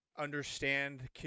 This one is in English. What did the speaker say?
understand